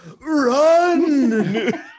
run